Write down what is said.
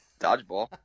Dodgeball